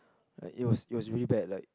like it was it was really bad like